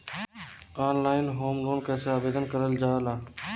Online home loan कैसे आवेदन करल जा ला?